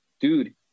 dude